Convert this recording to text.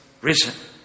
risen